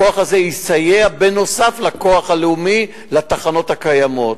הכוח הזה יסייע נוסף לכוח הלאומי, לתחנות הקיימות.